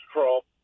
Trump